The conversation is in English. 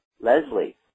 Leslie